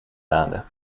laden